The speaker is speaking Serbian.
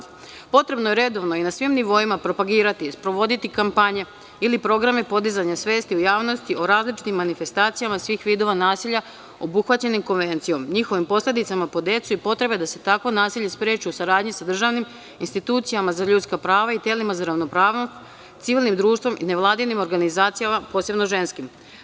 Potrebno je redovno i na svim nivoima propagirati, sprovoditi kampanje ili programe podizanja u javnosti o različitim manifestacijama svih vidova nasilja obuhvaćenih konvencijom, njihovim posledicama po decu i potrebe da se takvo nasilje spreči u saradnji sa državnim institucijama za ljudska prava i telima za ravnopravnost, civilnim društvom i nevladinim organizacijama, posebno ženskim.